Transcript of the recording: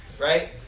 Right